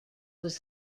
was